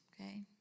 okay